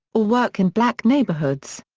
or work in black neighborhoods.